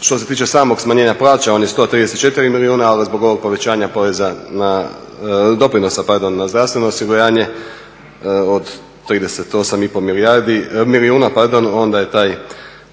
Što se tiče samog smanjenja plaća, on je 134 milijuna ali zbog ovog povećanja doprinosa na zdravstveno osiguranje od 38,5 milijuna, onda je